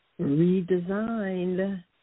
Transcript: redesigned